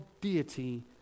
deity